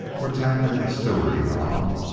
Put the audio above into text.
we're tacklin' the stewart, he went on.